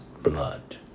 blood